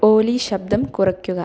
ഓലി ശബ്ദം കുറയ്ക്കുക